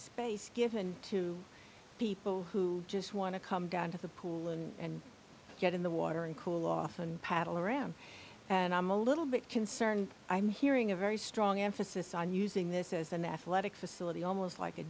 space given to people who just want to come down to the pool and get in the water and cool off and paddle around and i'm a little bit concerned i'm hearing a very strong emphasis on using this as an athletic facility almost like a